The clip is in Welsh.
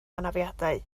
anafiadau